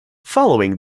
following